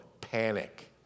Panic